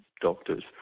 doctors